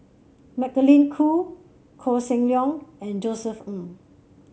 Magdalene Khoo Koh Seng Leong and Josef Ng